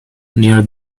near